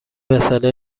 مساله